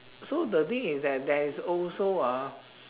so the thing is that there is also ah